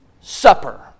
supper